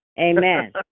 Amen